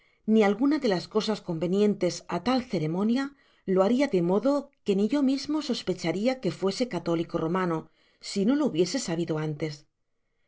ni alguna de las cosas convenientes á tal ceremonia lo haria de modo que ni yo mismo sospecharia que fuese católico romano si no lo hubiese sabido antes